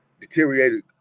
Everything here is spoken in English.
deteriorated